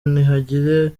ntihagire